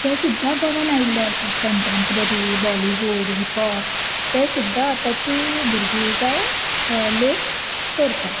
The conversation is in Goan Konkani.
ते सुद्दां गोवान आयिल्ले आसा कंटेंप्ररी बॉलिवूड हिप होप ते सुद्दां आतांचीं भुरगीं जावं लोक करतात